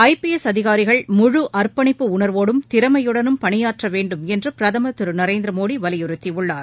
I P S அதிகாரிகள் முழு அர்ப்பணிப்பு உணர்வோடும் திறமையுடனும் பணியாற்ற வேண்டும் என்று பிரதமர் திரு நரேந்திரமோடி வலியுறுத்தியுள்ளார்